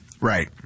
Right